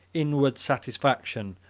inward satisfaction,